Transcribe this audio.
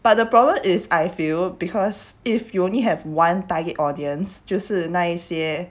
but the problem is I feel because if you only have one target audience 就是一那些